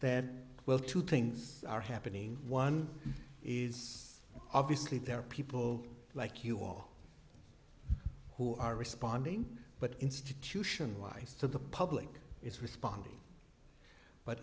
that well two things are happening one is obviously there are people like you all who are responding but institutionalize to the public is responding but